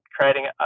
creating